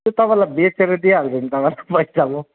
त्यो तपाईँलाई बेचेर दिइहाल्छु नि तपाईँलाई पैसा म